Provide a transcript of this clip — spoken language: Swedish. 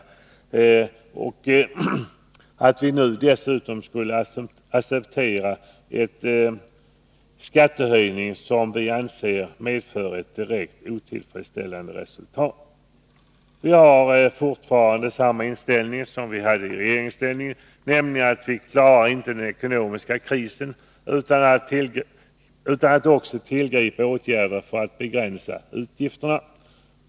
Det är också väl mycket begärt att vi dessutom skulle acceptera en skattehöjning som vi anser medför ett direkt otillfredsställande resultat. Vi har fortfarande samma inställning som vi hade i regeringsställning, nämligen att vi inte klarar den ekonomiska krisen utan att också tillgripa åtgärder för att begränsa utgifterna.